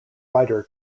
ryder